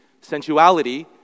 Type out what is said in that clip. sensuality